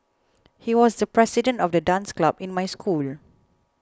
he was the president of the dance club in my school